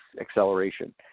acceleration